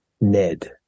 ned